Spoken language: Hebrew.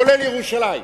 כולל ירושלים,